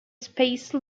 space